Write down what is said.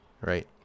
right